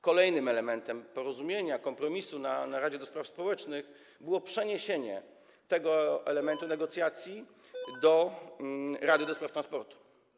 Kolejnym elementem porozumienia, kompromisu w Radzie ds. Społecznych było przeniesienie tego elementu negocjacji do Rady ds. Transportu.